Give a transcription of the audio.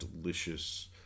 delicious